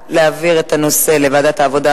ההצעה להעביר את הנושא לוועדת העבודה,